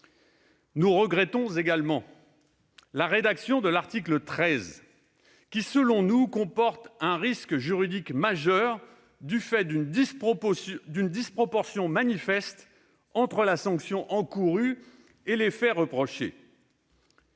Nous regrettons également la rédaction de l'article 13, lequel, à notre sens, comporte un risque juridique en raison d'une disproportion manifeste entre la sanction encourue et les faits reprochés.